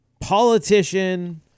politician